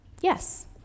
Yes